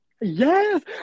Yes